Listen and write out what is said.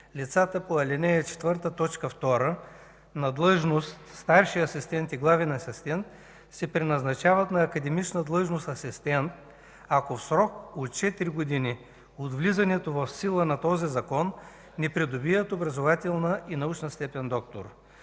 лицата по ал. 4, т. 2 на длъжност „старши асистент” и „главен асистент” се преназначават на академична длъжност „асистент“, ако в срок от четири години от влизането в сила на този закон не придобият образователна и научна степен „доктор”.